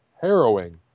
harrowing